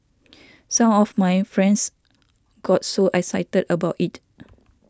some of my friends got so excited about it